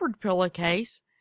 pillowcase